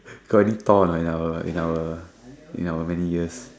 got any Thor in our in our in our many years